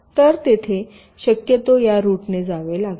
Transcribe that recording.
तर येथे शक्यतो या रूटने जावे लागेल